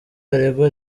aregwa